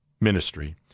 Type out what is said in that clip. ministry